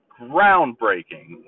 groundbreaking